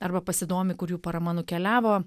arba pasidomi kur jų parama nukeliavo